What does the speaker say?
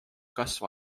kasv